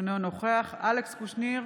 אינו נוכח אלכס קושניר,